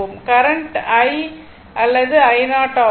current i அல்லது i0 ஆகும்